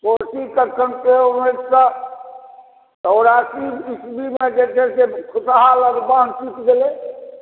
कोशी के कण्ट्रोल होइ सॅं चौरासी ईस्वी मे जे छै से भुतहा लग बान्ध टूटि गेलै